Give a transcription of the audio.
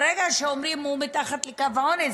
ברגע שאומרים שהוא מתחת לקו העוני,